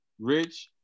Rich